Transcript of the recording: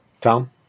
Tom